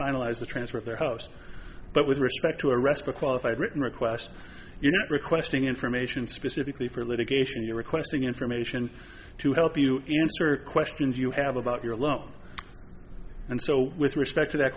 finalize the transfer of their house but with respect to a rest requalified written request you're not requesting information specifically for litigation you're requesting information to help you answer questions you have about your loan and so with respect to that